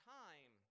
time